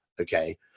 okay